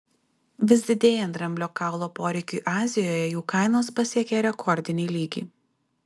vis didėjant dramblio kaulo poreikiui azijoje jų kainos pasiekė rekordinį lygį